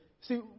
See